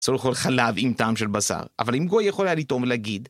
צריך לאכול חלב עם טעם של בשר, אבל אם גוי יכול היה לי לטעום ולהגיד.